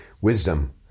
wisdom